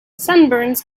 sunburns